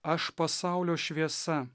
aš pasaulio šviesa